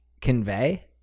convey